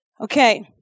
okay